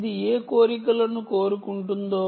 ఇది ఏ కోరికలను కోరుకుంటుందో